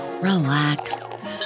relax